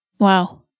Wow